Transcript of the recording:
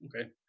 okay